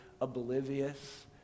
oblivious